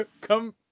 Come